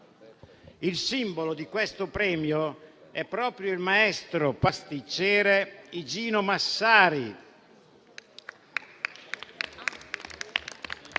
Il simbolo di questo premio è proprio il maestro pasticciere Igino Massari.